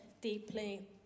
deeply